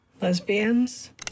Lesbians